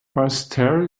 basseterre